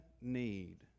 need